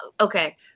Okay